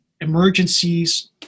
emergencies